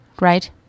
right